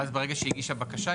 ואז ברגע שהיא הגישה בקשה,